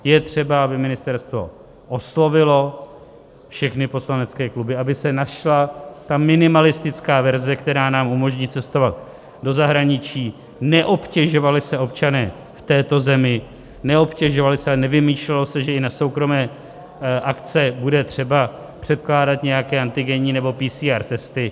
Je třeba, aby ministerstvo oslovilo všechny poslanecké kluby, aby se našla minimalistická verze, která nám umožní cestovat do zahraničí, neobtěžovali se občané v této zemi, neobtěžovali se a nevymýšlelo se, že i na soukromé akce bude třeba předkládat nějaké antigenní nebo PCR testy.